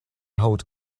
hot